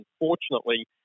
Unfortunately